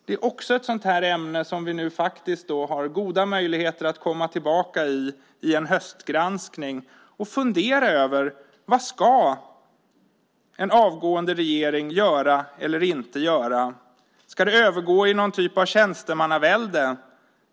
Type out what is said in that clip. Det är också ett ämne som vi nu faktiskt har goda möjligheter att i en höstgranskning komma tillbaka till och där vi får fundera över vad en avgående regering ska göra eller inte göra. Ska det övergå i någon typ av tjänstemannavälde?